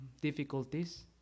difficulties